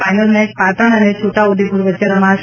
final match Patan અને છોટાઉદેપુર વચ્ચે રમાશે